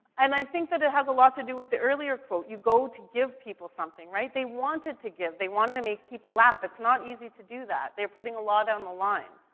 and i think that it has a lot to do with the earlier quote you go to give people something, right? they wanted to give. they wanted to make people laugh. it's not easy to do that. they're putting a lot on the line.